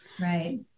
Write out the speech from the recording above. Right